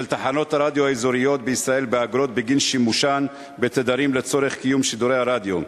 תחנות הרדיו בישראל באגרות בגין שימושן בתדרים לצורך קיום שידורי הרדיו.